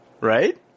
right